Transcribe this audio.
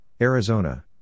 Arizona